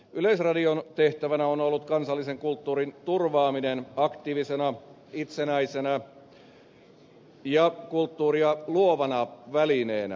yleisradion tehtävänä on ollut kansallisen kulttuurin turvaaminen aktiivisena itsenäisenä ja kulttuuria luovana välineenä